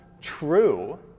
true